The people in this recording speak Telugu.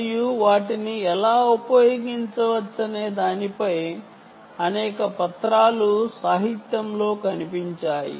మరియు వాటిని ఎలా ఉపయోగించవచ్చనే దానిపై అనేక పేపర్ లు సాహిత్యంలో కనిపించాయి